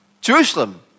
Jerusalem